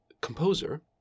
composer